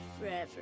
forever